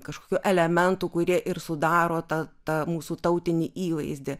kažkokių elementų kurie ir sudaro tą tą mūsų tautinį įvaizdį